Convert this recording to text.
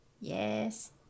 Yes